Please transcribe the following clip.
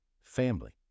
family